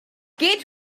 get